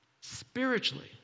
Spiritually